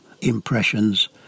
impressions